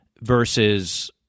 versus